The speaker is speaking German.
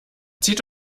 zieht